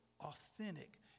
authentic